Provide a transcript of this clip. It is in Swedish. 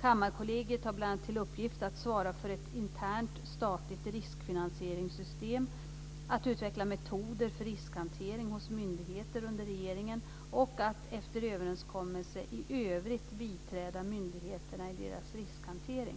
Kammarkollegiet har bl.a. till uppgift att svara för ett internt statligt riskfinansieringssystem, att utveckla metoder för riskhantering hos myndigheter under regeringen och att, efter överenskommelse, i övrigt biträda myndigheterna i deras riskhantering.